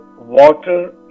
water